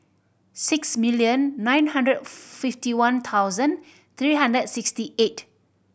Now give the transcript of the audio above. six million nine hundred fifty one thousand three hundred and sixty eight